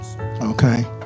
Okay